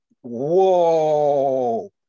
whoa